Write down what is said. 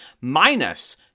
minus